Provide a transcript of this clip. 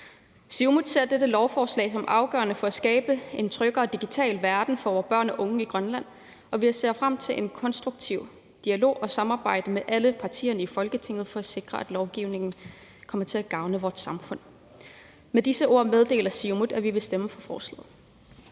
Siumut ser dette lovforslag som afgørende for at skabe en tryggere digital verden for vore børn og unge i Grønland, og vi ser frem til en konstruktiv dialog og et konstruktivt samarbejde med alle partierne i Folketinget for at sikre, at lovgivningen kommer til at gavne vores samfund. Med disse ord meddeler Siumut, at vi vil stemme for forslaget.